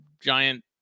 giant